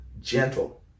gentle